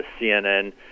CNN